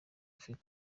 ufise